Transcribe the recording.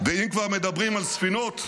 אם כבר מדברים על ספינות,